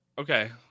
Okay